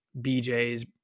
BJ's